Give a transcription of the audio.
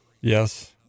Yes